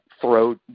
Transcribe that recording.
throw